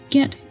Get